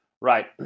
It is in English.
Right